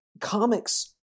comics